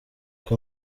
twe